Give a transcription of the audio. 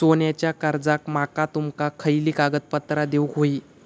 सोन्याच्या कर्जाक माका तुमका खयली कागदपत्रा देऊक व्हयी?